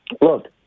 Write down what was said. look